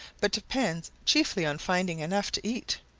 but depends chiefly on finding enough to eat,